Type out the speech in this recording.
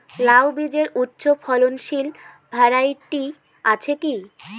লাউ বীজের উচ্চ ফলনশীল ভ্যারাইটি আছে কী?